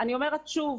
אני אומרת שוב,